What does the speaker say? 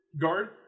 guard